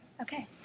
Okay